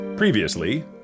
Previously